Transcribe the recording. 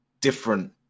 different